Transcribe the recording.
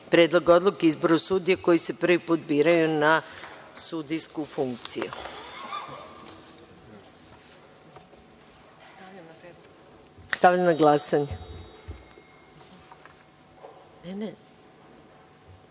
Predlog odluke o izboru sudija koji se prvi put biraju na sudijsku funkciju. Stavljam na glasanje. Zaključujem